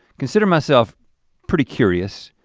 consider myself pretty curious.